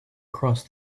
cross